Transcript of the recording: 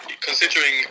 considering